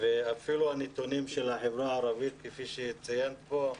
הנתונים של החברה הערבית, כפי שיצוין כאן,